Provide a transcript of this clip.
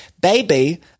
Baby